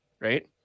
right